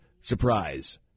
surprise